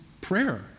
prayer